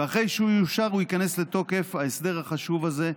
ואחרי שהוא יאושר ייכנס לתוקף ההסדר החשוב הזה,